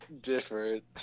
different